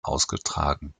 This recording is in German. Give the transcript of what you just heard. ausgetragen